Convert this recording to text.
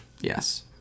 Yes